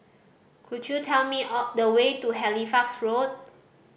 could you tell me the way to Halifax Road